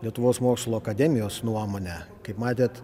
lietuvos mokslų akademijos nuomonę kaip matėt